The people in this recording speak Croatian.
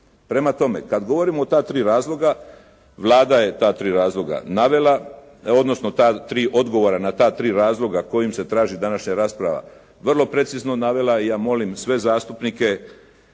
Prema tome, kada govorimo o ta tri razloga Vlada je ta tri razloga navele, odnosno ta tri odgovora na ta tri razloga kojim se traži današnja rasprava vrlo precizno navela i ja molim sve zastupnike